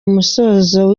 musozo